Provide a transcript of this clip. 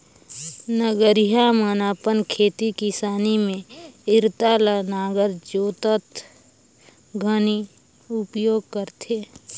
नगरिहा मन अपन खेती किसानी मे इरता ल नांगर जोतत घनी उपियोग करथे